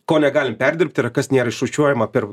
ko negalim perdirbt yra kas nėra išrūšiuojama per